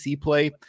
play